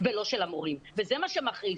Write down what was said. ולא של המורים, וזה מה שמכעיס.